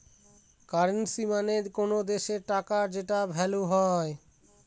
currency মানে কোনো দেশের টাকার যে ভ্যালু হয়